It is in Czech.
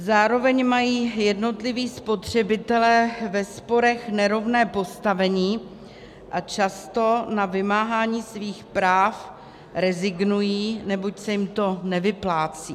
Zároveň mají jednotliví spotřebitelé ve sporech nerovné postavení a často na vymáhání svých práv rezignují, neboť se jim to nevyplácí.